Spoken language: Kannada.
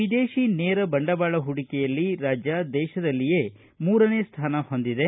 ವಿದೇತಿ ನೇರ ಬಂಡವಾಳ ಹೂಡಿಕೆಯಲ್ಲಿ ರಾಜ್ಯ ದೇಶದಲ್ಲಿಯೇ ಮೂರನೇ ಸ್ಥಾನ ಹೊಂದಿದೆ